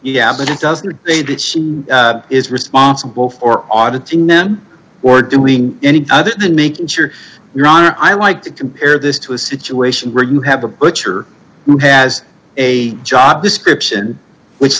yeah but it doesn't mean they did she is responsible for auditing men or doing anything other than making sure you're on i like to compare this to a situation where you have a butcher who has a job description which